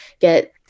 get